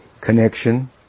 connection